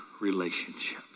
relationship